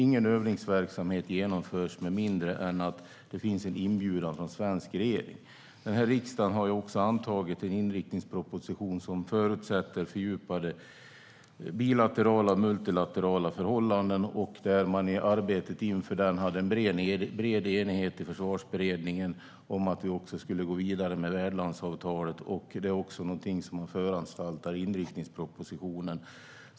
Ingen övningsverksamhet genomförs med mindre än att det finns en inbjudan från Sveriges regering. Den här riksdagen har också antagit en inriktningsproposition som förutsätter fördjupade bilaterala och multilaterala förhållanden och där man i arbetet inför den hade en bred enighet i Försvarsberedningen om att vi också skulle gå vidare med värdlandsavtalet. Det är också någonting som man föranstaltar i inriktningspropositionen.